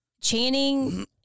Channing